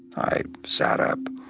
i sat up,